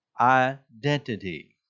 identity